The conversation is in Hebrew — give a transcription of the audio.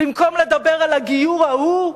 במקום לדבר על הגיור ההוא,